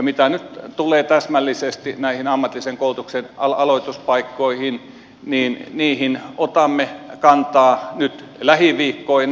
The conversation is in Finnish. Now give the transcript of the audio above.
mitä nyt tulee täsmällisesti näihin ammatillisen koulutuksen aloituspaikkoihin niin niihin otamme kantaa nyt lähiviikkoina